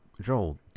joel